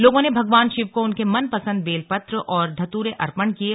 लोगों ने भगवान शिव को उनके मनपसंद बेलपत्र और धत्रे अर्पण किये